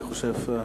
אני חושב,